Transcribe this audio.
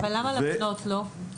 ולמה לבנות לא?